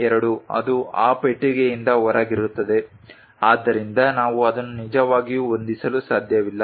02 ಅದು ಆ ಪೆಟ್ಟಿಗೆಯಿಂದ ಹೊರಗಿರುತ್ತದೆ ಆದ್ದರಿಂದ ನಾವು ಅದನ್ನು ನಿಜವಾಗಿಯೂ ಹೊಂದಿಸಲು ಸಾಧ್ಯವಿಲ್ಲ